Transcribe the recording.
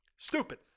Stupid